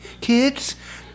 kids